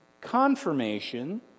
confirmation